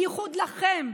בייחוד לכם,